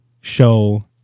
show